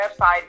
website